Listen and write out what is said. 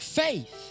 faith